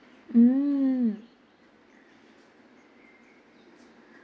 mm